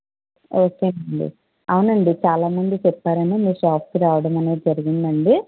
okay అండి అవునండి చాలామంది చెప్పారనే మీ షాపుకి రావటం అనేది జరిగిందండి